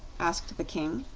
asked the king,